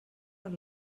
per